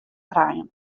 krijen